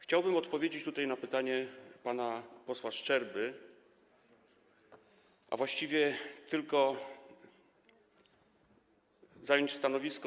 Chciałbym odpowiedzieć tutaj na pytanie pana posła Szczerby, a właściwie tylko zająć stanowisko.